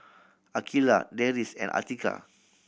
Aqeelah Deris and Atiqah